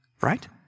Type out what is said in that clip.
Right